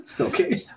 Okay